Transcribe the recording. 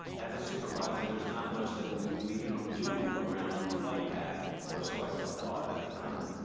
as a supervisor, there's not much that we we can do around flight paths, or so i thought thought at the time.